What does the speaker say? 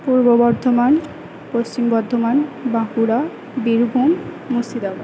Purba Bardhaman Paschim Bardhaman Bankura Birbhum Murshidabad